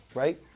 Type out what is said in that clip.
right